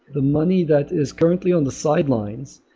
the money that is currently on the sidelines,